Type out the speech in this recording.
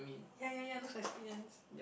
ya ya ya looks like split ends